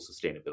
sustainability